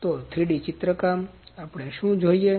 તો 3D ચિત્રકામ આપણને શું જોઈએ